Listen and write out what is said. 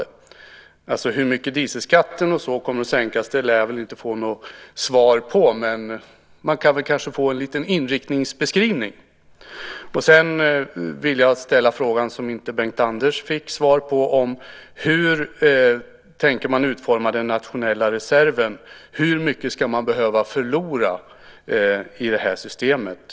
På frågan om hur mycket dieselskatten kommer att sänkas lär jag väl inte få något svar, men kanske kunde jag få en liten inriktningsbeskrivning. Sedan vill jag ställa samma fråga som den som Bengt-Anders inte fick svar på, nämligen hur man tänker utforma den nationella reserven. Hur mycket ska man alltså behöva förlora i det här systemet?